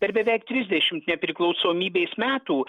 per beveik trisdešimt nepriklausomybės metų